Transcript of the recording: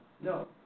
No